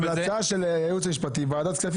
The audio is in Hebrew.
לא, אבל ההמלצה של הייעוץ המשפטי היא ועדת הכספים.